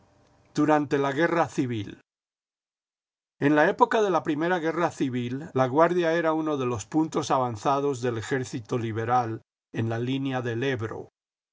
durante la guerra civil r jen la época de la primera guerra civil laguardia era uno de los puntos avanzados del ejército liberal en la línea del ebro